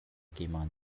keimah